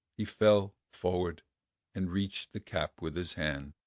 he fell forward and reached the cap with his hands.